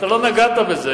אתה לא נגעת בזה,